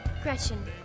Gretchen